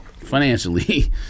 Financially